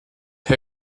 her